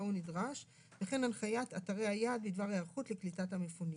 הוא נדרש וכן הנחיית אתרי היעד בדבר היערכות לקליטת המפונים.